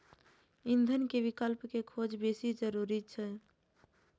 ईंधन के विकल्प के खोज बेसी जरूरी छै